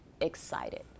excited